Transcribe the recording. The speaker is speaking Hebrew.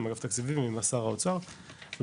עם אגף תקציבים ועם שר האוצר ובסוף,